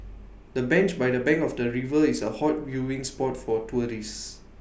the bench by the bank of the river is A hot viewing spot for tourists